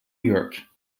york